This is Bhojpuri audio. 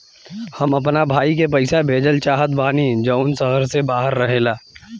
हम अपना भाई के पइसा भेजल चाहत बानी जउन शहर से बाहर रहेला